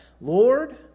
Lord